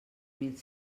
mil